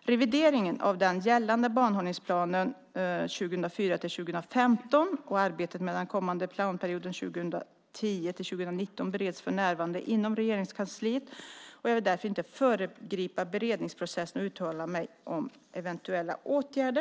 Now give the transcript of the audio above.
Revideringen av den gällande banhållningsplanen 2004-2015 och arbetet med den kommande planperioden 2010-2019 bereds för närvarande inom Regeringskansliet, och jag vill därför inte föregripa beredningsprocessen och uttala mig om eventuella åtgärder.